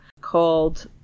called